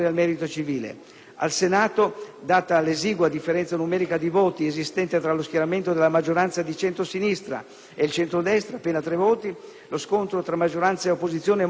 Al Senato, data l'esigua differenza numerica di voti esistente tra lo schieramento della maggioranza di centrosinistra e il centrodestra (appena tre voti), lo scontro tra maggioranza ed opposizione è molto combattuto.